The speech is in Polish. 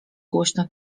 głośno